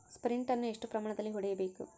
Sprint ಅನ್ನು ಎಷ್ಟು ಪ್ರಮಾಣದಲ್ಲಿ ಹೊಡೆಯಬೇಕು?